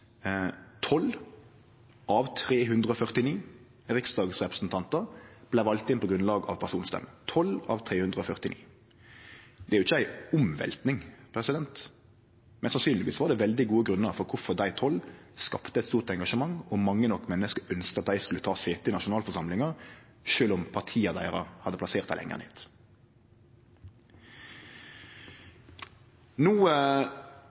av 349 riksdagsrepresentantar vart valde inn på grunnlag av personstemmer – 12 av 349. Det er jo ikkje ei omvelting. Men sannsynlegvis var det veldig gode grunnar for at dei tolv skapte eit stort engasjement og mange nok menneske ønskte at dei skulle ta sete i nasjonalforsamlinga sjølv om partia deira hadde plassert dei lenger